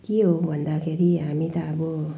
के हो भन्दाखेरि हामी त अब